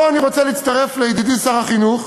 פה אני רוצה להצטרף לידידי שר החינוך,